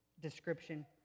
description